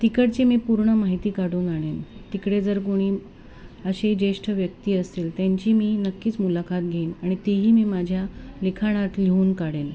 तिकडची मी पूर्ण माहिती काढून आणेन तिकडे जर कोणी अशी ज्येष्ठ व्यक्ती असतील त्यांची मी नक्कीच मुलाखत घेईन आणि तीही मी माझ्या लिखाणात लिहून काढेन